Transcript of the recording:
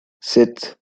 sept